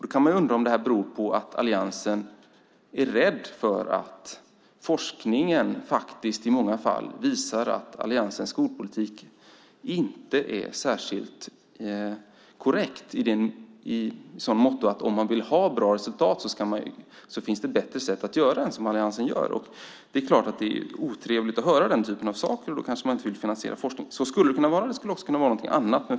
Man kan undra om det beror på att alliansen är rädd för att forskningen i många fall visar att alliansens skolpolitik inte är särskilt korrekt i så måtto att om man vill ha bra resultat finns det bättre sätt än alliansens. Det är klart att det är otrevligt att höra den typen av saker, och därför vill man kanske inte finansiera forskningen. Så skulle det kunna vara, men det skulle också kunna vara något annat.